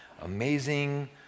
amazing